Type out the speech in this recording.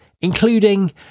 including